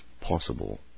possible